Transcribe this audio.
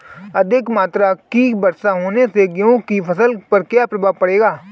अधिक मात्रा की वर्षा होने से गेहूँ की फसल पर क्या प्रभाव पड़ेगा?